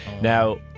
Now